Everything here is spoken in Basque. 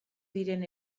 diren